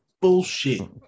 bullshit